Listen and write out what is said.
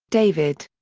david.